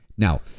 Now